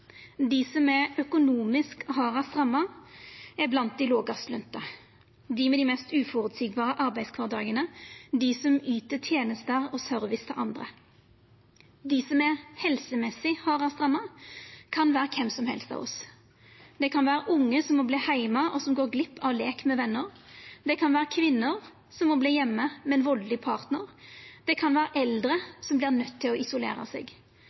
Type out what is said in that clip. Dei som er økonomisk hardast ramma, er blant dei som er lågast lønte, dei med dei minst føreseielege arbeidskvardagane, dei som yter tenester og service til andre. Dei som er helsemessig hardast ramma, kan vera kven som helst av oss. Det kan vera ungar som må vera heime, og som går glipp av leik med venar. Det kan vera kvinner som må vera heime med ein valdeleg partnar. Det kan vera eldre som vert nøydde til å isolera seg.